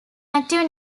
active